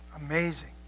Amazing